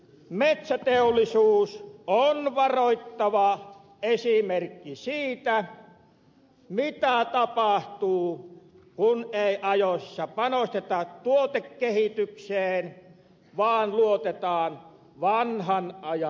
metsäteollisuus on varoittava esimerkki siitä mitä tapahtuu kun ei ajoissa panosteta tuotekehitykseen vaan luotetaan vanhan ajan jalostukseen